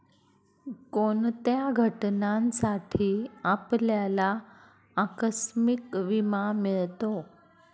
कोणत्या घटनांसाठी आपल्याला आकस्मिक विमा मिळतो?